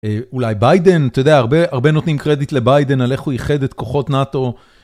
אולי ביידן, אתה יודע, הרבה נותנים קרדיט לביידן על איך הוא איחד את כוחות נאט"ו.